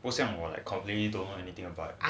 不像我 completely don't know anything